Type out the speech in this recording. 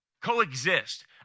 Coexist